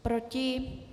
Proti?